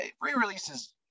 re-releases